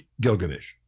Gilgamesh